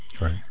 Right